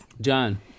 john